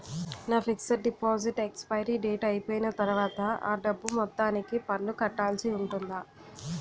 నా fixed deposit expiry date అయిపోయిన తర్వాత అ డబ్బు మొత్తానికి పన్ను కట్టాల్సి ఉంటుందా?